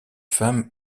femme